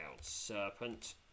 serpent